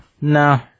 no